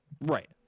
Right